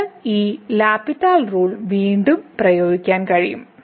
നമുക്ക് ഈ L hospital rule വീണ്ടും പ്രയോഗിക്കാൻ കഴിയും